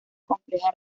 compleja